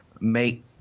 make